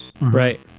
Right